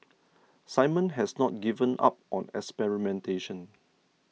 Simon has not given up on experimentation